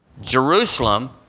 Jerusalem